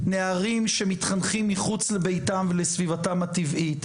נערים שמתחנכים מחוץ לביתם ולסביבתם הטבעית,